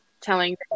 Telling